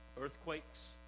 Earthquakes